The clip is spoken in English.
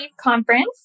conference